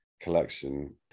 collection